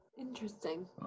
interesting